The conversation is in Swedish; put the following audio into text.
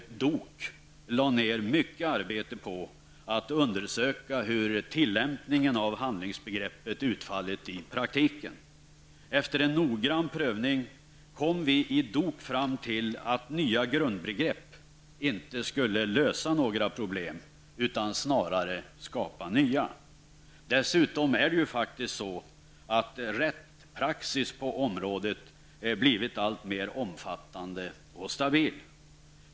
DOK lade ner mycket arbete på att undersöka hur tillämpningen av handlingsbegreppet utfallit i praktiken. Efter en noggrann prövning kom vi i DOK fram till att nya grundbegrepp inte skulle lösa några problem, utan snarare skapa nya. Dessutom har rättspraxis på området blivit alltmer omfattande och stabil.